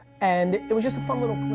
and it was just a fun little